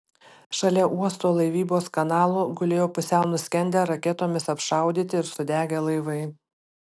šalia uosto laivybos kanalo gulėjo pusiau nuskendę raketomis apšaudyti ir sudegę laivai